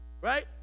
right